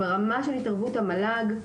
ברמה של התערבות המל"ג,